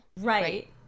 Right